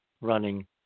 running